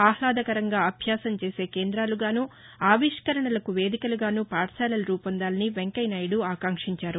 ఆహ్లాదకరంగా అభ్యాసం చేసే కేందాలుగానూ ఆవిష్కరణలకు వేదికలుగానూ పాఠశాలలు రూపొందాలని వెంకయ్యనాయుడు ఆకాంక్షించారు